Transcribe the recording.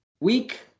Week